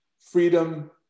Freedom